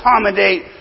accommodate